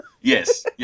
Yes